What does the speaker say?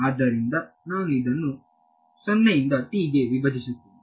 ಆದ್ದರಿಂದ ನಾನು ಇದನ್ನು 0 ಇಂದ t ಗೆ ವಿಭಜಿಸುತ್ತೇನೆ